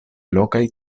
lokaj